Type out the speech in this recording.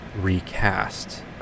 recast